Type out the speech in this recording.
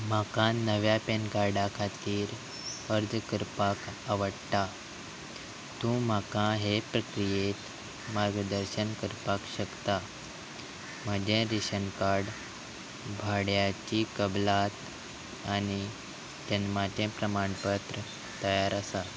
म्हाका नव्या पॅन कार्डा खातीर अर्ज करपाक आवडटा तूं म्हाका हे प्रक्रियेत मार्गदर्शन करपाक शकता म्हाजें रेशन कार्ड भाड्याची कबलात आनी जन्माचें प्रमाणपत्र तयार आसा